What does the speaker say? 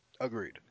Agreed